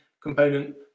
component